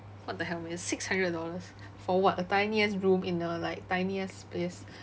what the hell man six hundred dollars for what a tiny ass room in a like tiny ass space